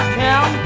town